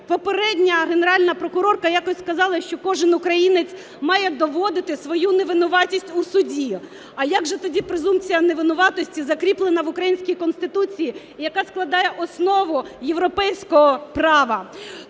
попередня Генеральна прокурорка якось сказала, що кожен українець має доводити свою невинуватість у суді. А як же тоді презумпція невинуватості, закріплена в українській Конституції і яка складає основу європейського права?